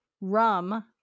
rum